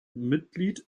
mitglied